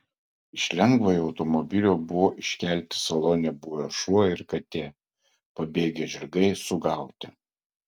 iš lengvojo automobilio buvo iškelti salone buvę šuo ir katė pabėgę žirgai sugauti